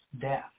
death